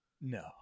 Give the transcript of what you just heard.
No